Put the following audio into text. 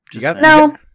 No